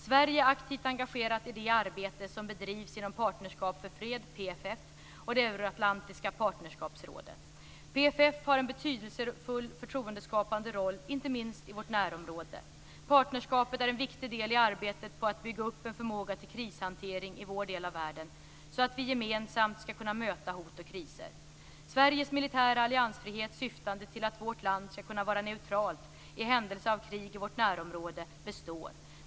Sverige är aktivt engagerat i det arbete som bedrivs inom Partnerskap för fred - PFF - och det Euroatlantiska partnerskapsrådet. PFF har en betydelsefull förtroendeskapande roll, inte minst i vårt närområde. Partnerskapet är en viktig del i arbetet på att bygga upp en förmåga till krishantering i vår del av världen, så att vi gemensamt skall kunna möta hot och kriser. Sveriges militära alliansfrihet syftande till att vårt land skall kunna vara neutralt i händelse av krig i vårt närområde består.